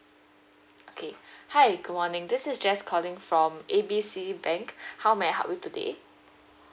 okay hi good morning this is jess calling from A B C bank how may I help you today